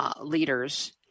leaders